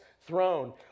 throne